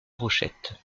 rochette